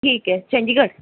ਠੀਕ ਹੈ ਚੰਡੀਗੜ੍ਹ